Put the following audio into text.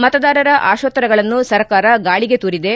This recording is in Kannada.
ಮತದಾರರ ಆಶೋತ್ತರಗಳನ್ನು ಸರ್ಕಾರ ಗಾಳಿಗೆ ತೂರಿದೆ